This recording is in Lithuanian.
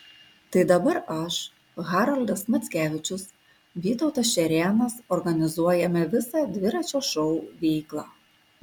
tai dabar aš haroldas mackevičius vytautas šerėnas organizuojame visą dviračio šou veiklą